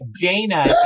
Dana